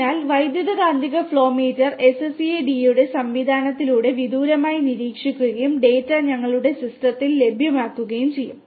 അതിനാൽ വൈദ്യുതകാന്തിക flow meter SCADA സംവിധാനത്തിലൂടെ വിദൂരമായി നിരീക്ഷിക്കുകയും ഡാറ്റ ഞങ്ങളുടെ സിസ്റ്റത്തിൽ ലഭ്യമാകുകയും ചെയ്യും